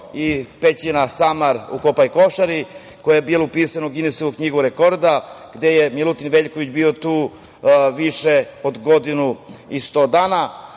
i pećina Samar u Kopaj Košari koja je bila upisana u Ginisovu knjigu rekorda, gde je Milutin Veljković bio tu više od godinu i 100 dana.